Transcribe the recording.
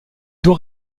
doit